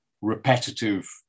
repetitive